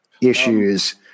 issues